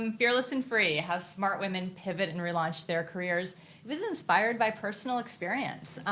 um fearless and free how smart women pivot and relaunch their careers. it was inspired by personal experience.